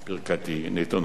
ברכתי נתונה לכם.